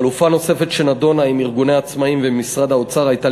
חלופה נוספת שנדונה עם ארגוני עצמאים ועם משרד האוצר הייתה